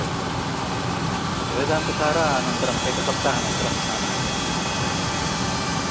पुस्तकं पर्याप्तं वा तत् वेदान्तसारः अनन्तरम् एकसप्ताहानन्तरम् आनाय्य इच्छामि